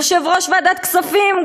יושב-ראש ועדת כספים,